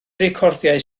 recordiau